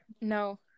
No